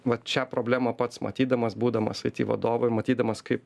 vat šią problemą pats matydamas būdamas aiti vadovu ir matydamas kaip